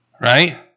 right